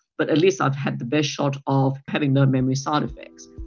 but at least i have had the best shot of having no memory side-effects.